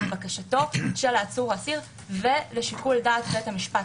לבקשתו של העצור או האסיר ולשיקול דעת של בית המשפט.